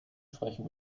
sprechen